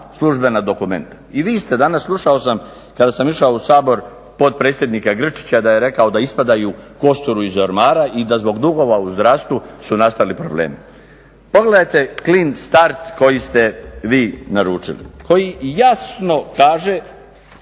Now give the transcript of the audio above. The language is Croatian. službena dokumenta i vi ste danas, slušao sam kada sam išao u Sabor, potpredsjednika Grčića da je rekao da ispadaju kosturi iz ormara i da zbog dugova u zdravstvu su nastali problemi. Pogledajte clean start koji ste vi naručili, koji jasno kaže,